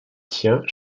tient